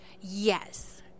Yes